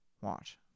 Watch